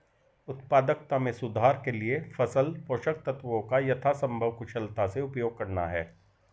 उत्पादकता में सुधार के लिए फसल पोषक तत्वों का यथासंभव कुशलता से उपयोग करना है